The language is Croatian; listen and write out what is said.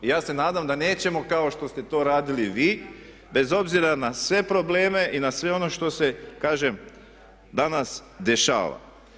I ja se nadam da nećemo kao što ste to radili vi, bez obzira na sve probleme i na sve ono što se, kažem danas dešava.